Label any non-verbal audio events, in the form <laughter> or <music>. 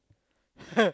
<laughs>